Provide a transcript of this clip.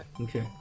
Okay